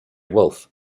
wolf